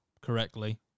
correctly